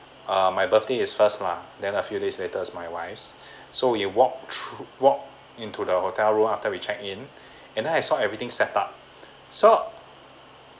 uh my birthday is first lah then a few days later is my wife's so we walk through walk into the hotel room after we check in and I had saw everything set up so